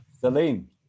Celine